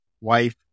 wife